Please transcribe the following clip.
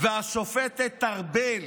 השופטת ארבל